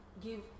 give